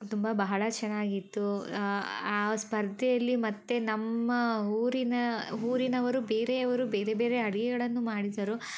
ತುಂಬ ಬಹಳ ಚೆನ್ನಾಗಿತ್ತು ಆ ಸ್ಪರ್ಧೆಯಲ್ಲಿ ಮತ್ತು ನಮ್ಮ ಊರಿನ ಊರಿನವರು ಬೇರೆಯವರು ಬೇರೆ ಬೇರೆ ಅಡಿಗೆಗಳನ್ನು ಮಾಡಿದರು